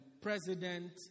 President